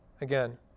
again